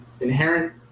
inherent